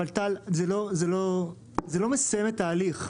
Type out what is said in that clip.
אבל טל, זה לא מסייע לתהליך.